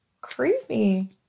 Creepy